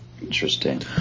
Interesting